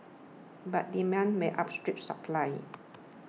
but demand might outstrip supply